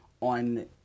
on